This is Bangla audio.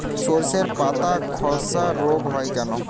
শর্ষের পাতাধসা রোগ হয় কেন?